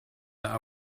that